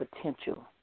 potential